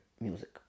music